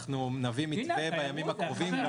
אנחנו נביא מתווה בימים הקרובים.